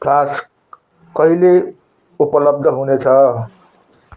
flask कहिले उपलब्ध हुनेछ